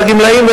של הגמלאים,